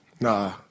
nah